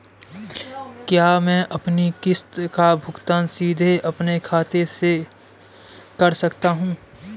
क्या मैं अपनी किश्त का भुगतान सीधे अपने खाते से कर सकता हूँ?